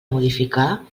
modificar